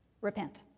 repent